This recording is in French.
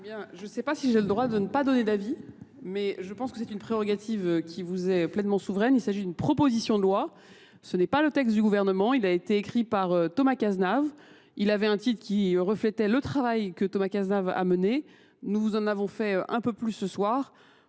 Je ne sais pas si j'ai le droit de ne pas donner d'avis, mais je pense que c'est une prérogative qui vous est pleinement souveraine. Il s'agit d'une proposition de loi. Ce n'est pas le texte du gouvernement. Il a été écrit par Thomas Cazenave. Il avait un titre qui reflétait le travail que Thomas Cazenave a mené. Nous en avons fait un peu plus ce soir.